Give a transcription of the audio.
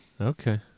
Okay